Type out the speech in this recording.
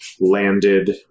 landed